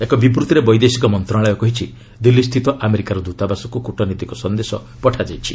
ଏକ ବିବୃଭିରେ ବୈଦେଶିକ ମନ୍ତ୍ରଣାଳୟ କହିଛି ଦିଲ୍ଲୀ ସ୍ଥିତ ଆମେରିକା ଦୂତାବାସକୁ କ୍ରଟନୈତିକ ସନ୍ଦେଶ ପଠାଯାଇଛି